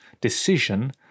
decision